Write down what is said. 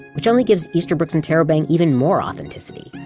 which, only gives easterbrook's interrobang even more authenticity.